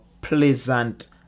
pleasant